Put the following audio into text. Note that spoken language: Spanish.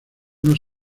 unos